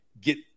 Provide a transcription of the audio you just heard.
get